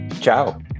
Ciao